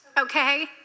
okay